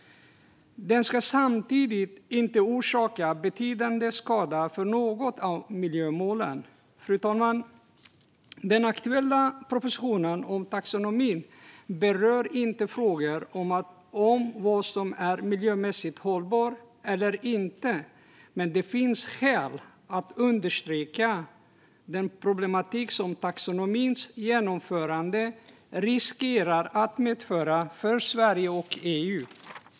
Den ska samtidigt inte orsaka betydande skada för något av miljömålen. Fru talman! Den aktuella propositionen om taxonomin berör inte frågor om vad som är miljömässigt hållbart eller inte, men det finns skäl att understryka den problematik som taxonomins genomförande riskerar att medföra för Sverige och EU.